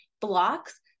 blocks